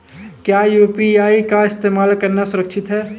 क्या यू.पी.आई का इस्तेमाल करना सुरक्षित है?